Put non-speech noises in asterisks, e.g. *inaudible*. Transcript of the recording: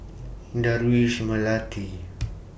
Dardwish Melati *noise*